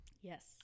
Yes